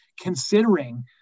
considering